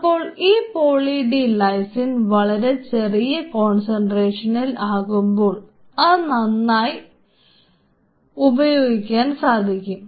അപ്പോൾ ഈ poly D lysine വളരെ ചെറിയ കോൺസെൻട്രേഷനിൽ ആകുമ്പോൾ അത് നന്നായി ആയി ഉപയോഗിക്കാൻ സാധിക്കും